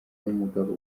n’umugabo